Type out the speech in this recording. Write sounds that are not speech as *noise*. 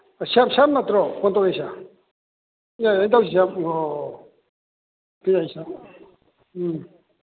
ꯁꯦꯝꯁꯟ ꯅꯠꯇ꯭ꯔꯣ ꯐꯣꯟ ꯇꯧꯔꯛꯏꯁꯦ *unintelligible* ꯑꯣ *unintelligible* ꯎꯝ